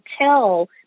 tell